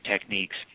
techniques